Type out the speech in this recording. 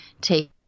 take